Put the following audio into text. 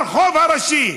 ברחוב הראשי.